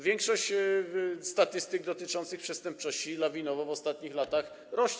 Większość statystyk dotyczących przestępczości lawinowo w ostatnich latach rośnie.